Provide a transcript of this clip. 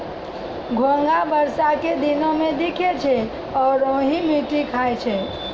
घोंघा बरसा के दिनोॅ में दिखै छै आरो इ मिट्टी खाय छै